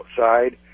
outside